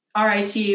RIT